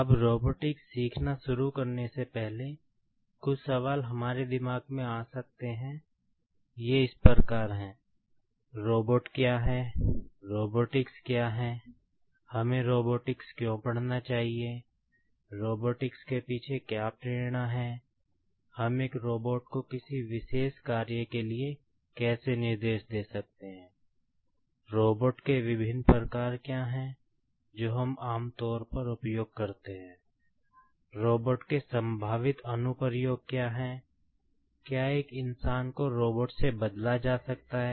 अब रोबोटिक्स से बदला जा सकता है